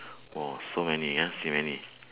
!wah! so many ya so many